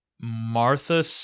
Martha